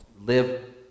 live